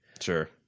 Sure